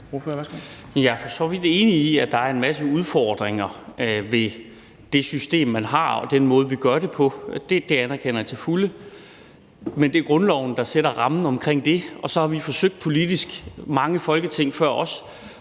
så vidt enig i, at der er en masse udfordringer ved det system, man har, og den måde, vi gør det på. Det anerkender jeg til fulde. Men det er grundloven, der sætter rammen omkring det, og så har vi forsøgt politisk – mange Folketing før os